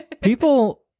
People